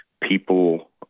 people